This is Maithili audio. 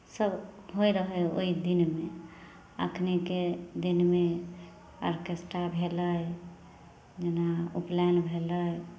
सभ होइ रहय ओहि दिनमे एखनिके दिनमे आर्केस्ट्रा भेलै जेना उपनयन भेलै